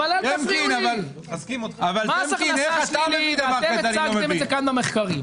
מס הכנסה שלילי, אתם הצגתם את זה כאן במחקרים.